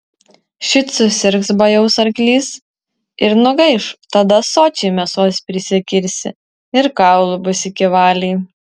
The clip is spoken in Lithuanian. šit susirgs bajaus arklys ir nugaiš tada sočiai mėsos prisikirsi ir kaulų bus iki valiai